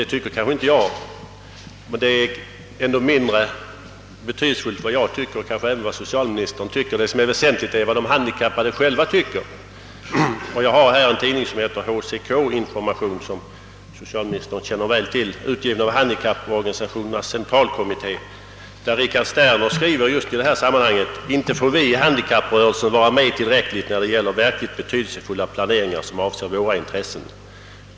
Det tycker kanske inte jag. Men det är ju mindre betydelsefullt vad jag tycker och måhända även vad socialministern tycker. Det väsentliga är vad de handikappade tycker. Jag har här en tidning som heter HCK Information, utgiven av Handikapporganisationernas centralkommitté, Där skriver Richard Sterner att »inte får vi i handikapprörelsen vara med tillräckligt när det gäller verkligt betydelsefulla planeringar som avser våra intressen.